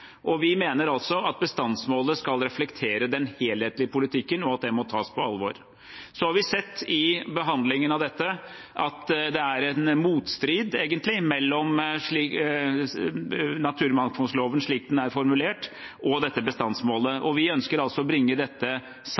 men vi sto bak det. Vi mener at bestandsmålet skal reflektere den helhetlige politikken, og at det må tas på alvor. Så har vi sett i behandlingen av dette at det er en motstrid, egentlig, mellom naturmangfoldloven slik den er formulert, og dette bestandsmålet, og vi ønsker å bringe dette